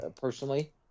personally